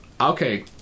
Okay